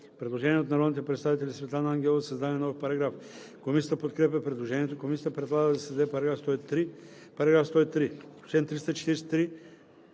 Предложение от народните представители Светлана Ангелова за създаване на нов параграф. Комисията подкрепя предложението. Комисията предлага да се създаде нов §